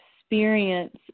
experience